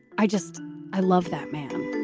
i just i love that man